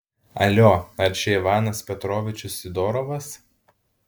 alio ar čia ivanas petrovičius sidorovas